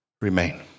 remain